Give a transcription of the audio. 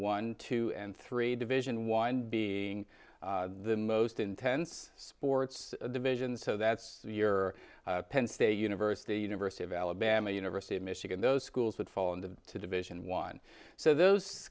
one two and three division one be the most intense sports division so that's your penn state university university of alabama university of michigan those schools that fall in the to division one so those